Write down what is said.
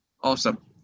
Awesome